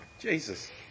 Jesus